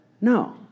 No